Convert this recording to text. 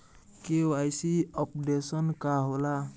KYC updation का होला?